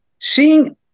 seeing